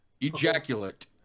Ejaculate